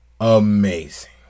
amazing